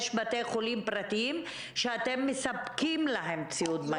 יש בתי חולים פרטיים שאתם מספקים להם ציוד מגן.